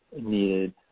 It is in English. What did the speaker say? needed